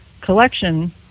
collection